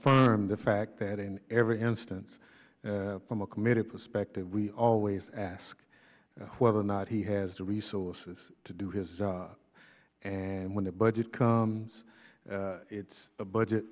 affirm the fact that in every instance from a committee perspective we always ask whether or not he has the resources to do his job and when the budget comes it's a budget